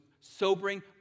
sobering